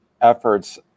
efforts